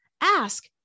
Ask